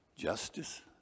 justice